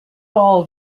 all